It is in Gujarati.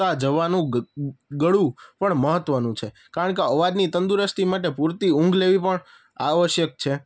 જવાનું ગળું પણ મહત્ત્વનું છે કારણ કે અવાજની તંદુરસ્તી માટે પૂરતી ઊંઘ લેવી પણ આવશ્યક છે